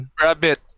Rabbit